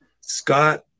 scott